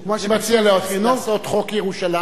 אני מציע לעשות חוק ירושלים,